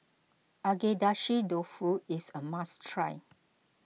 Agedashi Dofu is a must try